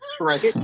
right